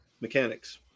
Mechanics